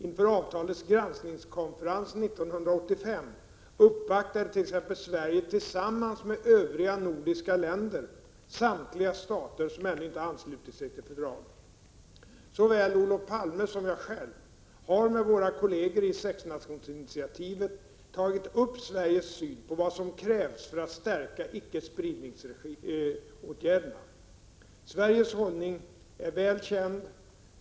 Inför avtalets granskningskonferens 1985 uppvaktade t.ex. Sverige tillsammans med övriga nordiska länder samtliga stater som ännu inte anslutit sig till fördraget. Såväl Olof Palme som jag själv har med våra kolleger i sexnationsinitiativet tagit upp Sveriges syn på vad som krävs för att stärka icke-spridningsåtgärderna. Sveriges hållning är väl känd.